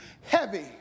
heavy